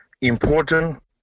important